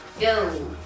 go